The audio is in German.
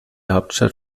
hauptstadt